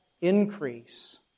increase